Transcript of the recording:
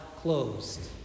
closed